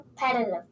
competitive